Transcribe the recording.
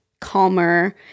calmer